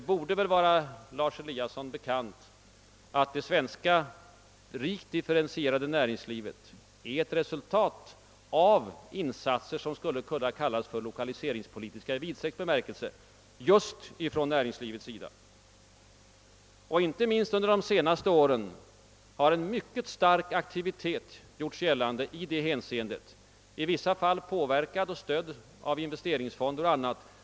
Det borde vara Lars Eliasson bekant att det svenska, rikt differentierade näringslivet är ett resultat av betydande insatser, som skulle kunna kallas för lokaliseringspolitiska i vidsträckt bemärkelse, just från näringslivets sida. Inte minst under de senaste åren har en mycket stark aktivitet gjort sig gällande i det hänseendet, i vissa fall påverkad och stödd av investeringsfonder och annat.